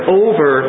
over